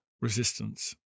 resistance